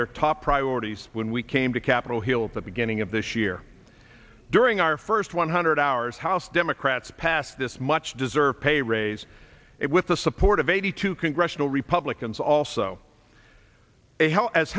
their top priorities when we came to capitol hill the beginning of this year during our first one hundred hours house democrats passed this much deserved pay raise it with the support of eighty two congressional republicans also a